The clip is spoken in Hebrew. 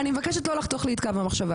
אני מבקשת לא לחתוך לי את קו המחשבה.